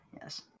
Yes